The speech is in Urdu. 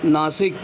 ناسک